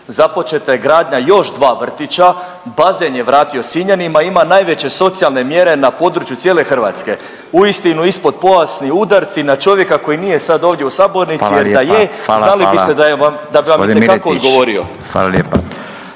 započeta je gradnja još 2 vrtić, bazen je vratio Sinjanima, ima najveće socijalne mjere na području cijele Hrvatske. Uistinu, ispodpojasni udarci na čovjeka koji nije sad ovdje u sabornici .../Upadica: Hvala lijepa. Hvala. Hvala./...